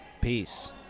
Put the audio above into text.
Peace